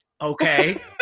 okay